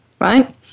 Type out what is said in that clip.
right